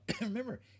Remember